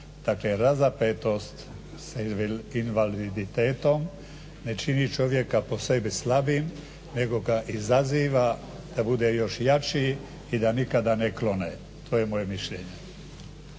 Dakle razapetost s invaliditetom ne čini čovjeka po sebi slabijim nego ga izaziva da bude još jači i da nikada ne klone. To je moje mišljenje.